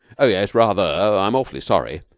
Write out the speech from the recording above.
oh, yes, rather i'm awfully sorry.